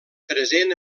present